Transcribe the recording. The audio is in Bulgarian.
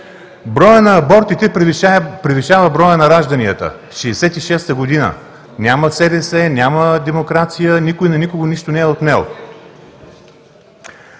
броят на абортите превишава броя на ражданията. В 1966 г. няма СДС, няма демокрация, никой на никого нищо не е отнел.